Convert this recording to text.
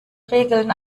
regeln